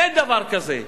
אין דבר כזה.